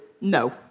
No